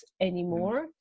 anymore